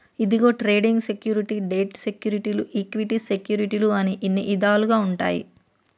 ఇందులో trading security, debt సెక్యూరిటీలు equity సెక్యూరిటీలు అని ఇన్ని ఇదాలుగా ఉంటాయి